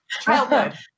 childhood